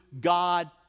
God